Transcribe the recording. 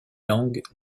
langues